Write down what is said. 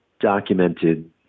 documented